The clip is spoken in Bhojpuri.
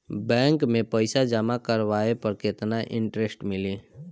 बैंक में पईसा जमा करवाये पर केतना इन्टरेस्ट मिली?